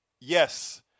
Yes